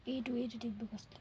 এইটো এইটো টিপিব কৈছিলে